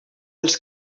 els